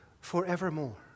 forevermore